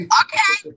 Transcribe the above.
okay